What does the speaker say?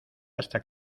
hasta